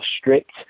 strict